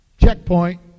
checkpoint